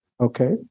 Okay